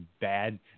bad